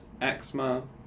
eczema